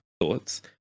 thoughts